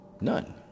None